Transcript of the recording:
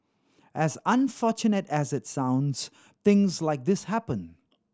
as unfortunate as it sounds things like this happen